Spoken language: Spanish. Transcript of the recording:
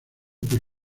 por